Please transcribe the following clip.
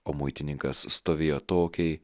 o muitininkas stovėjo atokiai